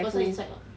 the person inside [what]